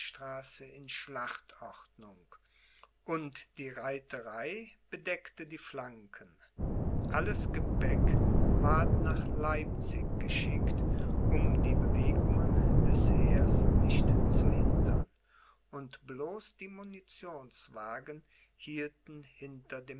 in schlachtordnung und die reiterei bedeckte die flanken alles gepäcke ward nach leipzig geschickt um die bewegungen des heeres nicht zu hindern und bloß die munitionswagen hielten hinter